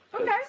okay